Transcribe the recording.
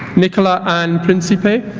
nicola anne principe